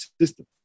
system